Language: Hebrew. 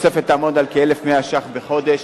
התוספת תהיה כ-1,100 ש"ח בחודש.